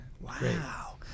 Wow